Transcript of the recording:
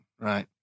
right